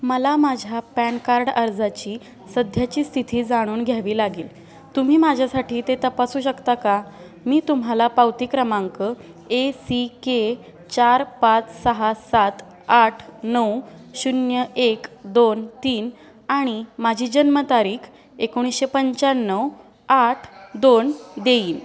मला माझ्या pan card अर्जाची सध्याची स्थिती जाणून घ्यावी लागेल तुम्ही माझ्यासाठी ते तपासू शकता का मी तुम्हाला पावती क्रमांक ए सी के चार पाच सहा सात आठ नऊ शून्य एक दोन तीन आणि माझी जन्मतारीख एकोणीसशे पंच्याण्णव आठ दोन देईन